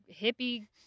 hippie